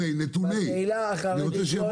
הדיור בקהילה החרדית,